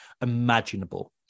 imaginable